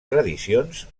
tradicions